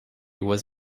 was